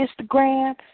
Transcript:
Instagram